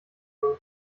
soll